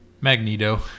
Magneto